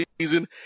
season